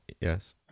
Yes